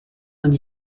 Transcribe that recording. vingt